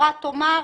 ברוכים הבאים.